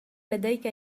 لديك